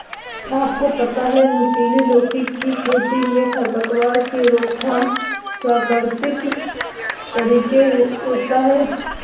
क्या आपको पता है नुकीली लौकी की खेती में खरपतवार की रोकथाम प्रकृतिक तरीके होता है?